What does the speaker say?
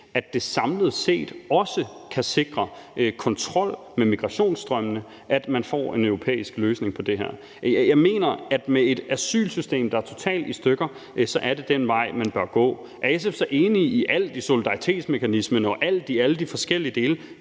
at det samlet set også kan sikre kontrol med migrationsstrømmene, at man får en europæisk løsning på det her. Ja, jeg mener, at det med et asylsystem, der er totalt i stykker, så er den vej, man bør gå. Er SF så enig i alt, altså i solidaritetsmekanismen og i alle de andre forskellige dele?